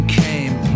came